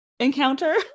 encounter